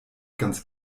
ganz